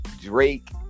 Drake